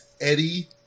Eddie